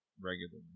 regularly